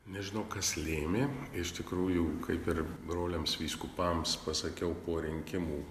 nežinau kas lėmė iš tikrųjų kaip ir broliams vyskupams pasakiau po rinkimų